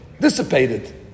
dissipated